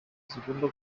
zigomba